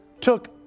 took